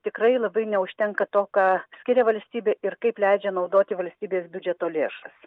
tikrai labai neužtenka to ką skiria valstybė ir kaip leidžia naudoti valstybės biudžeto lėšas